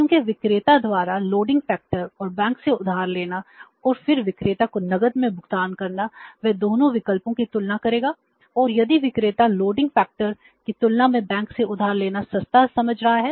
क्योंकि विक्रेता द्वारा लोडिंग फैक्टर की तुलना में बैंक से उधार लेना सस्ता कर रहा है